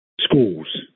schools